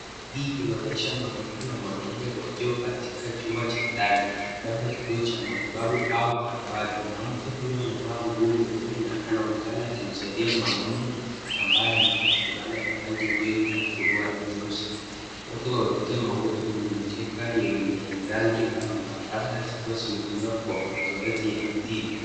Hii inaonyesha mwanamke na mwanaume wakiwa katika chumba cha ndani labda kituo cha matibabu au ukarabati. Mwanamke huyo amevaa nguo nyeupe na anaonekana akimsaidia mwanaume ambaye amevaa fulana ya rangi mbili ya suruali nyeusi. Wote wamepiga magoti kwenye mikeka yenye rangi mbalimbali labda zikiwa zimetumiwa kwa mazoezi ya tiba.